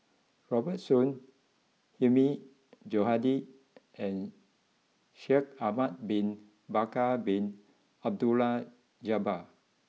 Robert Soon Hilmi Johandi and Shaikh Ahmad Bin Bakar Bin Abdullah Jabbar